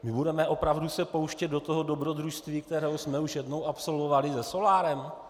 My budeme opravdu se pouštět do toho dobrodružství, které jsme už jednou absolvovali se solárem?